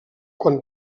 quan